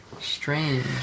Strange